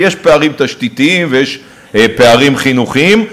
כי יש פערים תשתיתיים ויש פערים חינוכיים,